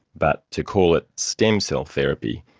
but to call it stem cell therapy,